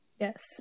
yes